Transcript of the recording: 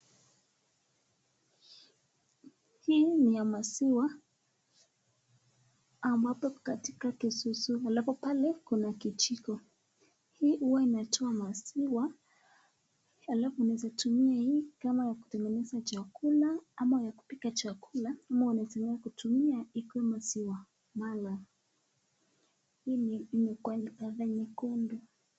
Hii ni ya maziwa, ambapo katika kisusu, alafu pale kuna kijiko. Hii huwa inatoa maziwa, alafu unaweza tumia hii kama ya kutengeneza chakula ama ya kupika chakula ama unaweza kutumia ikuwe maziwa malala. Hii imekuwa rangi nyekundu.